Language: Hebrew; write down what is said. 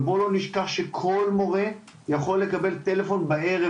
ובואו לא נשכח שכל מורה יכול לקבל טלפון בערב,